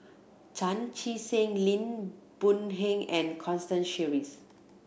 Chan Chee Seng Lim Boon Heng and Constance Sheares